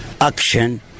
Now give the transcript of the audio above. action